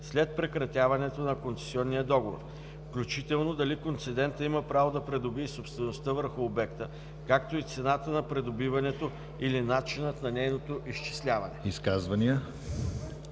след прекратяването на концесионния договор, включително дали концедентът има право да придобие собствеността върху обекта, както и цената на придобиването или начинът на нейното изчисляване.“